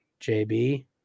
JB